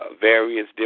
various